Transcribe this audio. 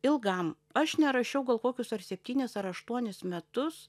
ilgam aš nerašiau gal kokius ar septynias ar aštuonis metus